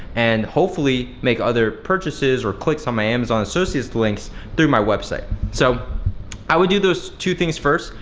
and hopefully make other purchases or clicks on my amazon associates links through my website. so i would do those two things first.